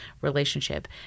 relationship